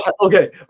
Okay